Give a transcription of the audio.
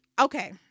okay